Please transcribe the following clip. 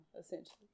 essentially